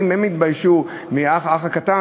אם הם התביישו מהאח הקטן,